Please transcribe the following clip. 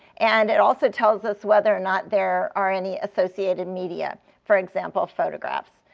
and it also tells us whether or not there are any associated media for example, photographs.